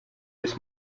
his